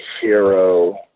hero